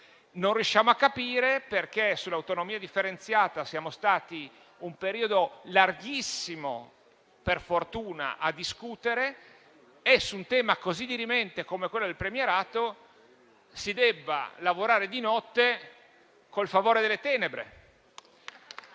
Non riusciamo a capire perché sull'autonomia differenziata siamo stati a discutere un periodo larghissimo, per fortuna, e su un tema così dirimente, come quello del premierato, si debba lavorare di notte, col favore delle tenebre.